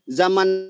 zaman